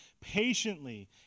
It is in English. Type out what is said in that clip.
patiently